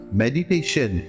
meditation